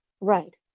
Right